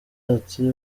ati